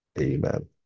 Amen